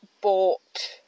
bought